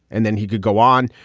and then he could go on.